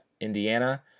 Indiana